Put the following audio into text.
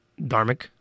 Dharmic